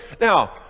Now